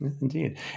indeed